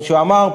שאמר,